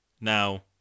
Now